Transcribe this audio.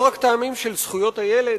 ולא רק טעמים של זכויות הילד,